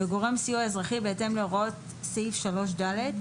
וגורם סיוע אזרחי בהתאם להוראות סעיף 3ד,